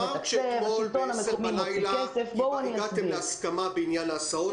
אמרת שאתמול ב-22:00 בלילה הגעתם להסכמה בעניין ההסעות.